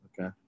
okay